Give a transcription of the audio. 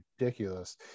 ridiculous